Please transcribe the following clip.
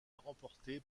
remportée